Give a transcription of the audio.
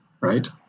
right